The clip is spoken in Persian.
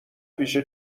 پیش